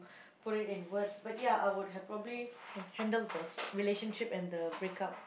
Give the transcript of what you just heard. put it in words but ya I would have probably had handled the relationship and the break up